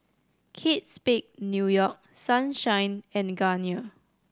Kate Spade New York Sunshine and Garnier